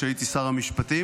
כשהייתי שר המשפטים,